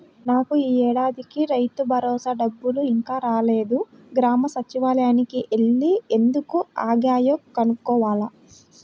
నాకు యీ ఏడాదికి రైతుభరోసా డబ్బులు ఇంకా రాలేదు, గ్రామ సచ్చివాలయానికి యెల్లి ఎందుకు ఆగాయో కనుక్కోవాల